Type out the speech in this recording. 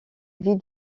vie